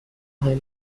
مهم